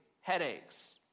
headaches